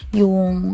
yung